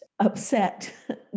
upset